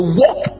walk